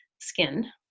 skin